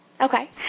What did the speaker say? Okay